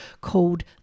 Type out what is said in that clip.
called